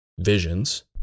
visions